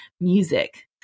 music